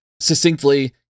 succinctly